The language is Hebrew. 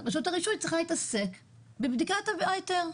רשות הרישוי צריכה להתעסק בבדיקת ההיתר.